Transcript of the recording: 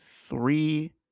three